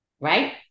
Right